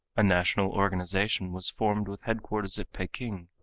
a national organization was formed with headquarters at peking.